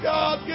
God